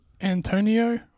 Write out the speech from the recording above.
Antonio